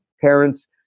parents